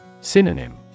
Synonym